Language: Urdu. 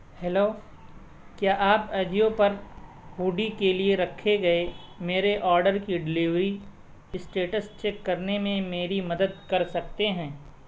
ہیلو کیا آپ اجیو پر ہوڈی کے لیے رکھے گئے میرے آڈر کی ڈیلیوری اسٹیٹس چیک کرنے میں میری مدد کر سکتے ہیں